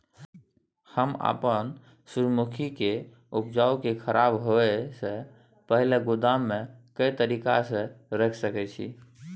हम अपन सूर्यमुखी के उपज के खराब होयसे पहिले गोदाम में के तरीका से रयख सके छी?